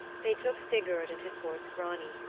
they took sigurd and his horse grani,